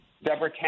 Deborah